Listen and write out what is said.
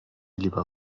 lieber